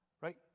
right